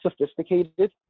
sophisticated